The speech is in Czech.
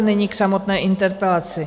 Nyní k samotné interpelaci.